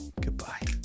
Goodbye